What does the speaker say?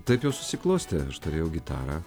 taip jau susiklostė aš turėjau gitarą